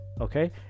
okay